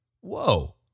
whoa